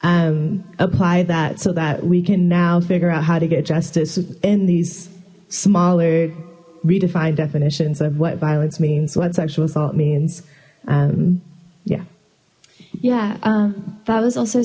s apply that so that we can now figure out how to get justice in these smaller redefined definitions of what violence means what sexual assault means yeah yeah that was also